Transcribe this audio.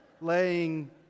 laying